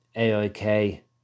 AIK